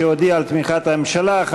שהודיע על תמיכת הממשלה.